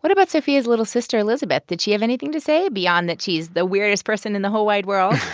what about sophia's little sister, elizabeth? did she have anything to say beyond that she's the weirdest person in the whole wide world?